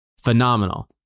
phenomenal